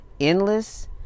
endless